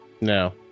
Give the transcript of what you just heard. No